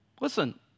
Listen